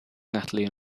natalie